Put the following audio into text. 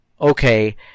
okay